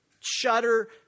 shudder